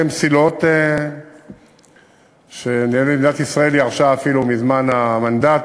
אלה מסילות שנראה לי שמדינת ישראל ירשה אפילו מזמן המנדט,